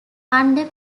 under